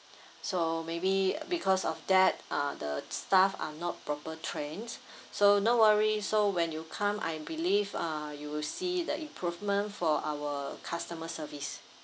so maybe because of that ah the staff are not proper trains so no worry so when you come I believe uh you will see the improvement for our customer service